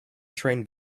trained